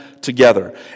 together